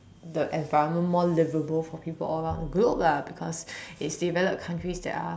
the environment more livable for people all around the globe lah because it's developed countries that are